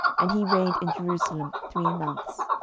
and he reigned in jerusalem three months.